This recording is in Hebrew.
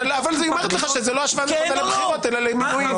אבל היא אומרת לך שזה לא השוואה נכונה לבחירות אלא למינוי.